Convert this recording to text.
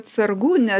atsargų nes